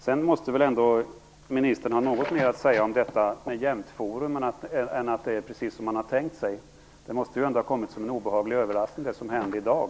Sedan måste väl ministern ha något mer att säga om Jämtforum än att det är precis som man har tänkt sig. Det måste ändå ha kommit som en obehaglig överraskning det som hände i dag.